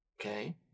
okay